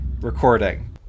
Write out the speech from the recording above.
recording